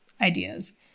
ideas